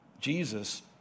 Jesus